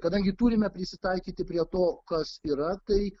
kadangi turime prisitaikyti prie to kas yra tai